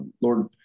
Lord